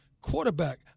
quarterback